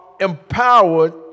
empowered